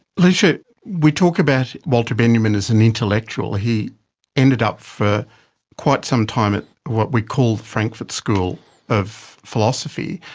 lecia, we talk about walter benjamin as an intellectual. he ended up, for quite some time, at what we call the frankfurt school of philosophy.